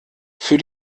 für